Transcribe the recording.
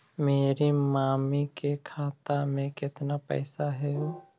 मेरा मामी के खाता में कितना पैसा हेउ?